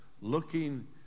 looking